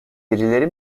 birileri